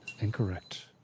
Incorrect